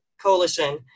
Coalition